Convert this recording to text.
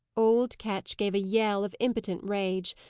old ketch gave a yell of impotent rage,